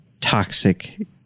toxic